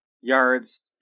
Yards